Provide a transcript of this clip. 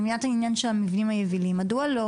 אני מבינה את העניין של המבנים היבילים-מדוע לא